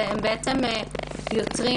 בעצם יוצרים